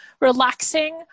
relaxing